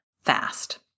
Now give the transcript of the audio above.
fast